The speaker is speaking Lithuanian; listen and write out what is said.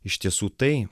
iš tiesų tai